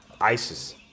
isis